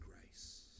grace